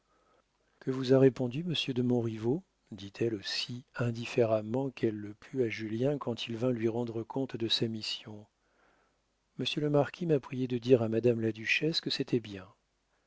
que vous a répondu monsieur de montriveau dit-elle aussi indifféremment qu'elle le put à julien quand il vint lui rendre compte de sa mission monsieur le marquis m'a prié de dire à madame la duchesse que c'était bien